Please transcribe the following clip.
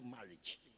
marriage